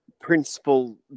principle